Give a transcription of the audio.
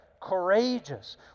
Courageous